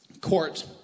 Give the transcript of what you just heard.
court